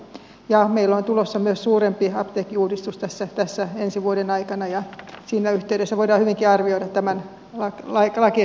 meille on tulossa myös suurempi apteekkiuudistus tässä ensi vuoden aikana ja siinä yhteydessä voidaan hyvinkin arvioida tämän lakiesityksen vaikutuksia